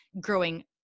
growing